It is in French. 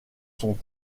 sont